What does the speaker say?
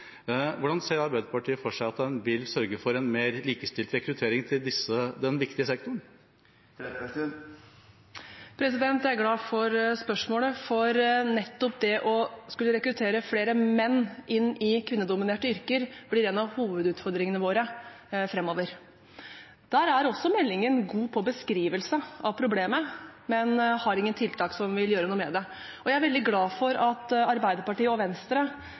Hvordan ser Arbeiderpartiet for seg at en vil sørge for en mer likestilt rekruttering til denne viktige sektoren? Jeg er glad for spørsmålet. Nettopp det å skulle rekruttere flere menn inn i kvinnedominerte yrker blir en av hovedutfordringene våre framover. Meldingen er god på å beskrive problemet, men har ingen tiltak som vil gjøre noe med det. Jeg er veldig glad for at Arbeiderpartiet og Venstre,